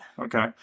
Okay